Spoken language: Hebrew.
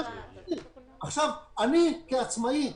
אני לא מדבר כאן על עצמי,